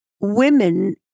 women